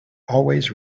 always